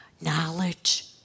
knowledge